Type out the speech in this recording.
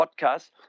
podcast